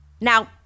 Now